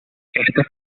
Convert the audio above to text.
este